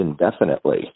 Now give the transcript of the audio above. indefinitely